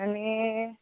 आनी